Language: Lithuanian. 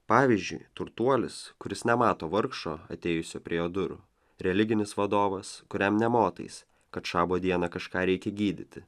pavyzdžiui turtuolis kuris nemato vargšo atėjusio prie jo durų religinis vadovas kuriam nė motais kad šabo dieną kažką reikia gydyti